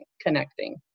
connecting